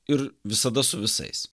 ir visada su visais